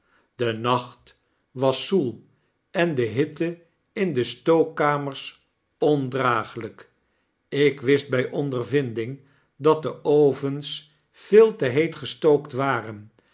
de nacht was zoel en de hitte in de stookkamers ondraaglykik wist by ondervinding dat de ovens veel te heet gestookt waren